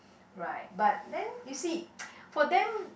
right but then you see for them